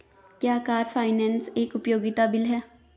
क्या car finance एक उपयोगिता बिल है?